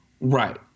Right